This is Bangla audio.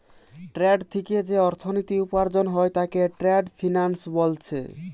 ট্রেড থিকে যেই অর্থনীতি উপার্জন হয় তাকে ট্রেড ফিন্যান্স বোলছে